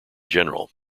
general